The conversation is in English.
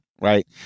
Right